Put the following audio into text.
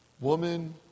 Woman